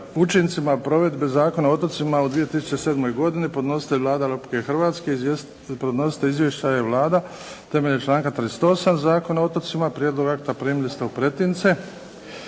učincima provedbe Zakona o otocima u 2007. godini Podnositelj je Vlada Republike Hrvatske. Podnositelj izvješća je Vlada. Temeljem članka 38. Zakona o otocima prijedlog akta primili ste u pretince.